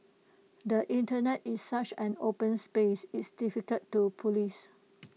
the Internet is such an open space it's difficult to Police